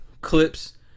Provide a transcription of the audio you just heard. Clips